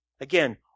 Again